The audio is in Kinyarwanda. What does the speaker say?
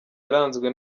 yaranzwe